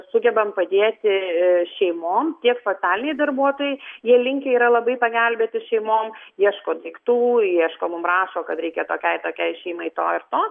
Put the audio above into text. sugebam padėti šeimom tiek socialiniai darbuotojai jie linkę yra labai pagelbėti šeimom ieško daiktų ieško mum rašo kad reikia tokiai tokiai šeimai to ir to